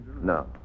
No